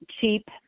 cheap